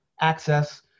access